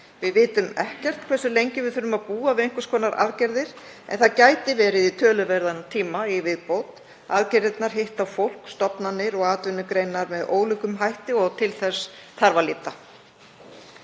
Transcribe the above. Við vitum ekkert hversu lengi við þurfum að búa við einhvers konar aðgerðir en það gæti verið í töluverðan tíma í viðbót. Aðgerðirnar hitta fyrir fólk, stofnanir og atvinnugreinar með ólíkum hætti og til þess þarf að líta.